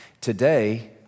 today